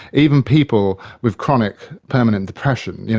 even people with chronic, permanent depression, you know